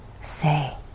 Say